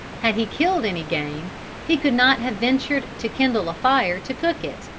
had he killed any game he could not have ventured to kindle a fire to cook it.